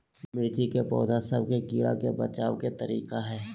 मिर्ची के पौधा सब के कीड़ा से बचाय के तरीका?